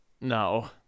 No